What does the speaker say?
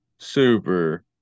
super